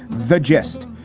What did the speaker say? the gist?